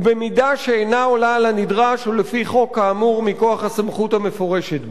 ובמידה שאינה עולה על הנדרש או לפי חוק כאמור מכוח הסמכות המפורשת בו.